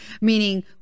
Meaning